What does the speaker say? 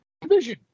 division